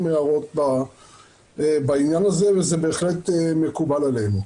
הערות בעניין הזה וזה בהחלט מקובל עלינו.